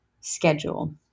schedule